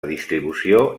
distribució